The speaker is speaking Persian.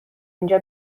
اینجا